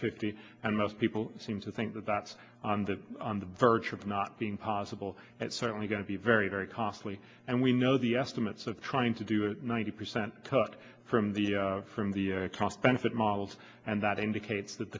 fifty and most people seem to think that that's on the on the verge of not being possible it's certainly going to be very very costly and we know the estimates of trying to do it ninety percent took from the from the cost benefit models and that indicates that